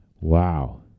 Wow